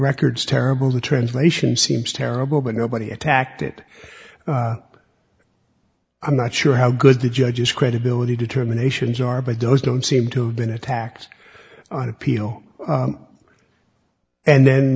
records terrible the translation seems terrible but nobody attacked it i'm not sure how good the judges credibility determinations are but those don't seem to been attacked on appeal and then